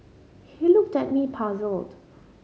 he looked at me puzzled